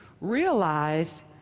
realize